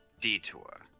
detour